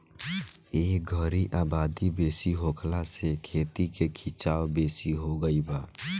ए घरी आबादी बेसी होखला से खेती के खीचाव बेसी हो गई बा